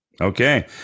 Okay